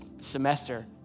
semester